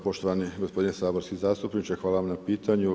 Evo poštovani gospodine saborski zastupniče, hvala vam na pitanju.